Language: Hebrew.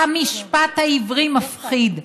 המשפט העברי מפחיד.